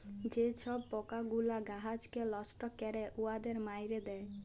যে ছব পকাগুলা গাহাচকে লষ্ট ক্যরে উয়াদের মাইরে দেয়